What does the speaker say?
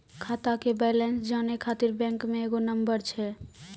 खाता के बैलेंस जानै ख़ातिर बैंक मे एगो नंबर छै?